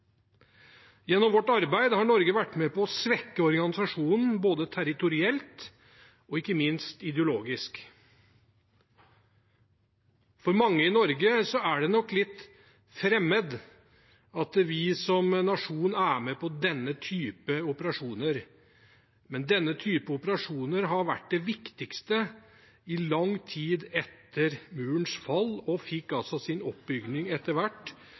Gjennom vårt arbeid har Norge vært med på å svekke organisasjonen, både territorielt og ikke minst ideologisk. For mange i Norge er det nok litt fremmed at vi som nasjon er med på denne type operasjoner, men denne type operasjoner har vært det viktigste i lang tid etter murens fall og fikk altså sin oppbygning etter hvert,